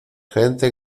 gente